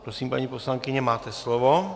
Prosím, paní poslankyně, máte slovo.